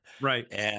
Right